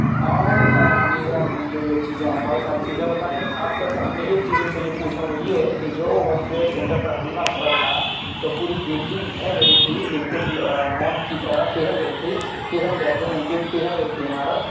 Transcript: اور New York میں یہ یہ چیزیں ہیں بہت ساری چیزیں بتائیں خاص طور پر ہم نے ایک چیز ان سے جو پوچھا وہ یہ کہ جو ولڈ ٹرید سینٹر پر حملہ ہوا تھا تو پوری بلڈنگ ڈھے گئی تھی بالکل موم کی طرح پگھل گئی تھی پگھل گیا پگھل گئی تھی عمارت